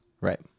Right